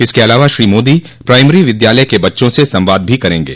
इसके अलावा श्री मोदी प्राइमरी विद्यालय के बच्चों से संवाद भी करेंगे